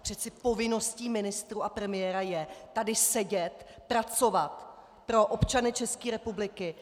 Přeci povinností ministrů a premiéra je tady sedět, pracovat pro občany České republiky.